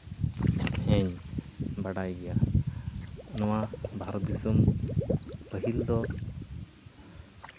ᱦᱮᱸ ᱵᱟᱰᱟᱭ ᱜᱮᱭᱟ ᱱᱚᱣᱟ ᱵᱷᱟᱨᱚᱛ ᱫᱤᱥᱚᱢ ᱯᱟᱹᱦᱤᱞ ᱫᱚ